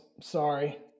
Sorry